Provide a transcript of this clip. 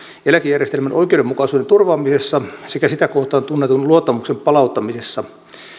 eläkejärjestelmän oikeudenmukaisuuden turvaamisessa sekä sitä kohtaan tunnetun luottamuksen palauttamisessa